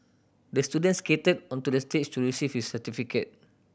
the student skated onto the stage to receive his certificate